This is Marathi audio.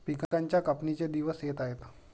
पिकांच्या कापणीचे दिवस येत आहेत